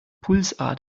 pulsader